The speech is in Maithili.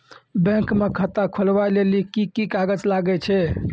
बैंक म खाता खोलवाय लेली की की कागज लागै छै?